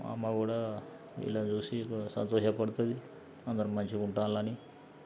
మా అమ్మ కూడా వీళ్ళను చూసి సంతోష పడుతుంది అందరూ మంచిగా ఉంటున్నారని